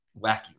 wacky